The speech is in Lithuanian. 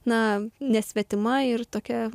na nesvetima ir tokia